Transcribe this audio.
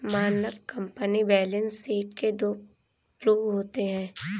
मानक company balance sheet के दो फ्लू होते हैं